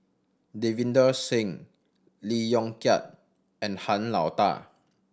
Davinder Singh Lee Yong Kiat and Han Lao Da